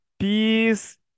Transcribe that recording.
Peace